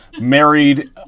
married